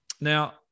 Now